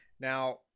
Now